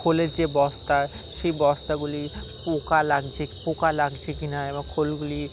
খোলের যে বস্তা সেই বস্তাগুলি পোকা লাগছে পোকা লাগছে কি না বা খোলগুলি